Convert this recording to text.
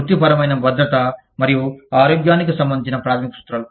వృత్తిపరమైన భద్రత మరియు ఆరోగ్యానికి సంబంధించిన ప్రాథమిక సూత్రాలు